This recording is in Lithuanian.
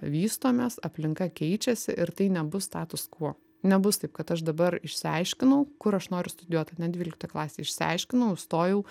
vystomės aplinka keičiasi ir tai nebus status quo nebus taip kad aš dabar išsiaiškinau kur aš noriu studijuot ane dvyliktoj klasėj išsiaiškinau įstojau